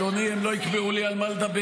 אדוני, הם לא יקבעו לי על מה לדבר.